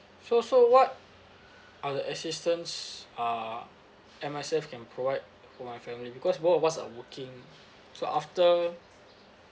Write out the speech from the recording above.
so so what are the assistance uh M_S_F can provide for my family because both of us are working so after